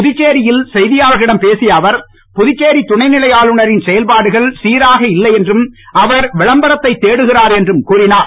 புதுச்சேரியில் செய்தியாளர்களிடம் பேசிய அவர் புதுச்சேரி துணை நிலை ஆளுநரின் செயல்பாடுகள் சீராக இல்லை என்றும் அவர் விளம்பரத்தை தேடுகிறார் என்றும் கூறினார்